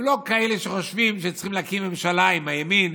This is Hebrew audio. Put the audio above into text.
הם לא כאלה שחושבים שהם צריכים להקים ממשלה עם הימין,